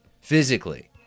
physically